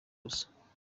gusa